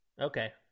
okay